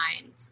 mind